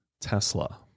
Tesla